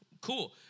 Cool